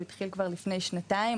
הוא התחיל עוד לפני שנתיים,